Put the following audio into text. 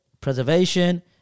preservation